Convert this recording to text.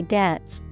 debts